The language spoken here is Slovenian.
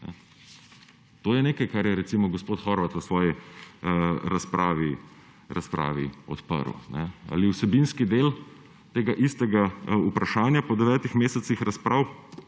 To je nekaj, kar je recimo gospod Horvat v svoji razpravi odprl. Ali vsebinski del tega istega vprašanja po devetih mesecih razprav